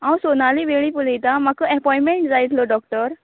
हांव सोनाली वेळीप उलयतां म्हाका अपोयंटमेंट जाय आसलो डॉक्टर